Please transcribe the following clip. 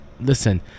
Listen